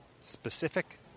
specific